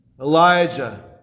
Elijah